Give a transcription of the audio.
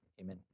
Amen